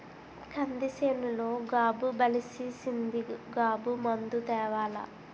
కంది సేనులో గాబు బలిసీసింది గాబు మందు తేవాల